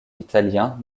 italiens